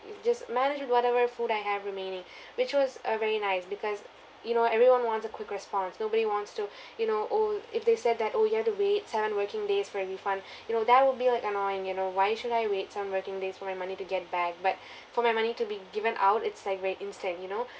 with just manage with whatever food I have remaining which was uh very nice because you know everyone wants a quick response nobody wants to you know oh if they said that oh you have to wait seven working days for a refund you know that will be like annoying you know why should I wait seven working days for my money to get back but for my money to be given out it's like very instant you know